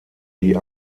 die